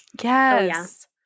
Yes